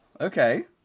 Okay